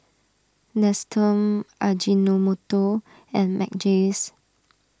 Nestum Ajinomoto and Mackays